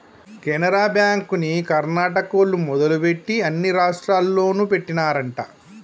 కెనరా బ్యాంకుని కర్ణాటకోల్లు మొదలుపెట్టి అన్ని రాష్టాల్లోనూ పెట్టినారంట